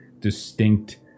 distinct